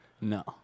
No